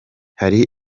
hari